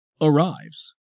arrives